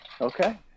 Okay